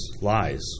lies